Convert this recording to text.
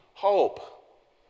Hope